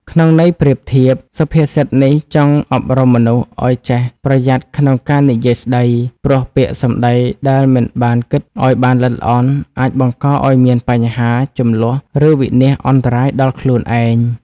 ក្នុងន័យប្រៀបធៀប សុភាសិតនេះចង់អប់រំមនុស្សឲ្យចេះប្រយ័ត្នក្នុងការនិយាយស្ដី ព្រោះពាក្យសម្ដីដែលមិនបានគិតឲ្យបានល្អិតល្អន់ អាចបង្កឲ្យមានបញ្ហា ជម្លោះ ឬវិនាសអន្តរាយដល់ខ្លួនឯង។